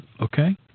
okay